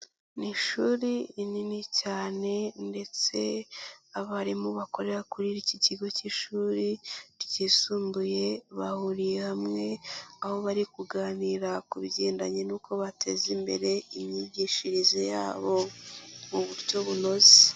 Ni ishuri rinini cyane ndetse abarimu bakorera kuri iki kigo cy'ishuri ryisumbuye bahuriye hamwe aho bari kuganira ku bigendanye n'uko bateza imbere imyigishirize yabo mu buryo bunoze.